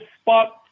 spot